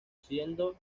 siendo